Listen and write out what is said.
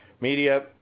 media